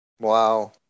Wow